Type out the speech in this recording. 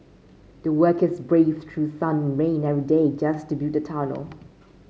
the workers braved through sun and rain every day just to build the tunnel